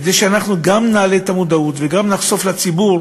כדי שגם נעלה את המודעות וגם נחשוף לציבור,